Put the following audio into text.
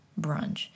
Brunch